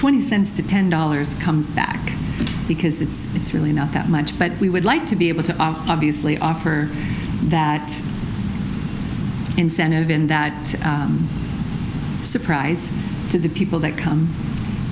twenty cents to ten dollars comes back because it's it's really not that much but we would like to be able to obviously offer that incentive in that surprise to the people that come